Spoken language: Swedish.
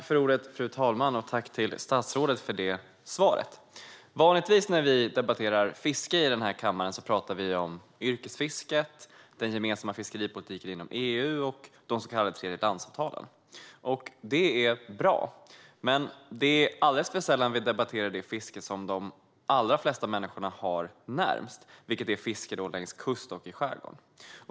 Fru talman! Jag tackar statsrådet för svaret. Vanligtvis när vi debatterar fiske i kammaren talar vi om yrkesfisket, den gemensamma fiskeripolitiken inom EU och de så kallade tredjelandsavtalen. Det är bra, men det är alldeles för sällan vi debatterar det fiske som de allra flesta människor har närmast - fisket längs kust och i skärgården.